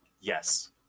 yes